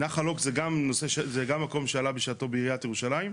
נחל אוג זה גם מקום שעלה בשעתו בעיריית ירושלים.